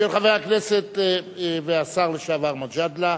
של חבר הכנסת והשר לשעבר מג'אדלה.